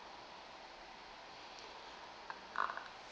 uh